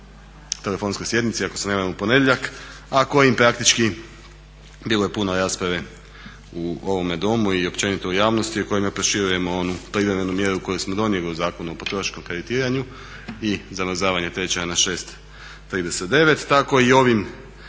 telefonskoj sjednici ako se ne varam u ponedjeljak, a kojim praktički bilo je puno rasprave u ovom domu i općenito u javnosti u kojima proširujemo onu privremenu mjeru koju smo donijeli u Zakonu o potrošačkom kreditiranju i zamrzavanje tečaja na 6,39. Tako i ovim